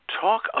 Talk